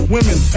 Women